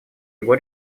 его